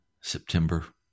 September